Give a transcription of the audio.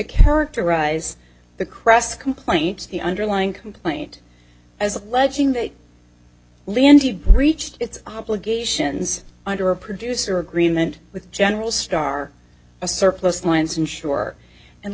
characterize the cress complaint the underlying complaint as alleging that lindsay breached its obligations under a producer agreement with general starr a surplus lines and sure and